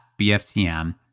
BFCM